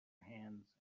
hands